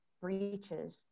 breaches